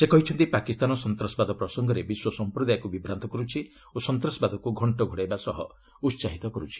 ସେ କହିଛନ୍ତି ପାକିସ୍ତାନ ସନ୍ତାସବାଦ ପ୍ରସଙ୍ଗରେ ବିଶ୍ୱ ସମ୍ପ୍ରଦାୟକୁ ବିଭ୍ରାନ୍ତ କରୁଛି ଓ ସନ୍ତାସବାଦକୁ ଘଣ୍ଟଘୋଡ଼ାଇବା ସହ ଉସାହିତ କରୁଛି